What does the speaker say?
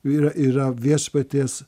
yra yra viešpaties